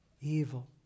evil